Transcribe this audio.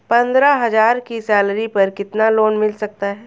पंद्रह हज़ार की सैलरी पर कितना लोन मिल सकता है?